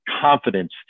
confidence